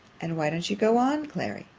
and why don't you go on, clary?